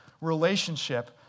relationship